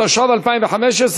התשע"ו 2015,